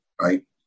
right